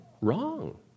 wrong